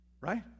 right